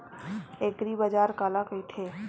एग्रीबाजार काला कइथे?